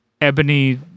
ebony